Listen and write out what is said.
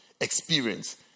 experience